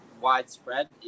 widespread